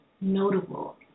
notable